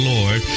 Lord